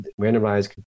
randomized